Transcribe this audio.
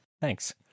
Thanks